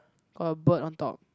got a bird on top